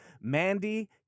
Mandy